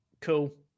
Cool